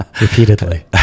repeatedly